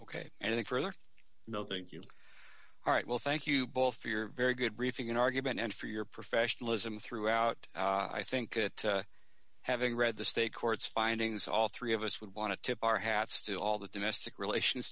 k and i think further no thank you all right well thank you both for your very good reefing argument and for your professionalism throughout i think that having read the state courts findings all three of us would want to tip our hats to all the domestic relations